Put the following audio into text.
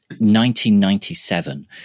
1997